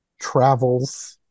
Travels